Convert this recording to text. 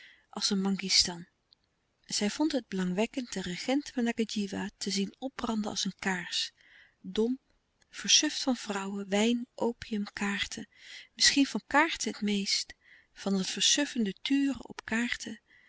als een mangistan zij vond het belangwekkend den regent van ngadjiwa te zien opbranden als een kaars dom versuft van vrouwen wijn opium kaarten misschien van kaarten het meest van het versuffende turen op kaarten